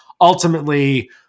Ultimately